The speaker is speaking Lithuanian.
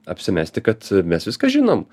apsimesti kad mes viską žinom